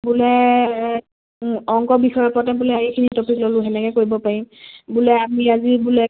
বোলে অংক বিষয়ৰ ওপৰতে বোলে এইখিনি টপিক ল'লোঁ সেনেকে কৰিব পাৰিম বোলে আমি আজি বোলে